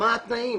מה התנאים?